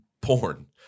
porn